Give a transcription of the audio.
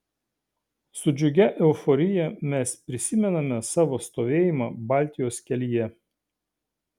su džiugia euforija mes prisimename savo stovėjimą baltijos kelyje